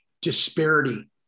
disparity